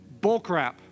bullcrap